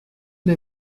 les